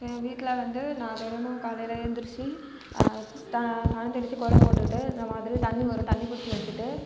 எங்கள் வீட்டில் வந்து நான் தினமும் காலையில் ஏந்துருச்சு தண்ணி தெளிச்சி கோலம் போட்டு விட்டு இந்த மாதிரி தண்ணி வரும் தண்ணி பிடிச்சி வச்சுட்டு